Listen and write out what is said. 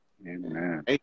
Amen